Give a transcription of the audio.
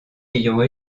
ayant